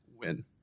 win